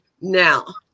now